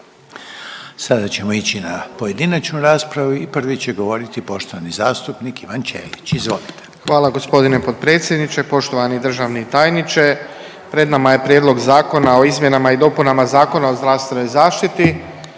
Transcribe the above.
Sada ćemo ići na pojedinačnu raspravu i prvi će govoriti poštovani zastupnik Ivan Ćelić. Izvolite. **Ćelić, Ivan (HDZ)** Hvala gospodine potpredsjedniče. Poštovani državni tajniče pred nama je Prijedlog Zakona o izmjenama i dopunama Zakona o zdravstvenoj zaštiti